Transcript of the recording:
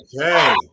Okay